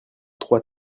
trois